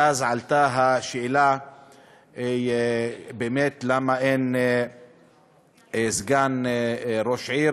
ואז עלתה השאלה למה אין סגן ראש עיר